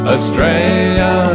Australia